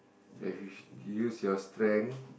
have to use your strength